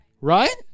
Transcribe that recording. right